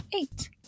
eight